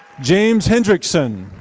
james hendrickson.